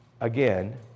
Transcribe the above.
Again